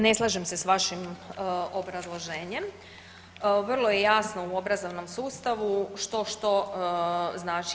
Ne slažem se s vašim obrazloženjem, vrlo je jasno u obrazovnom sustavu što što znači.